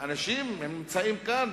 אנשים נמצאים כאן,